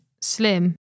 slim